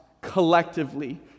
Collectively